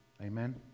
Amen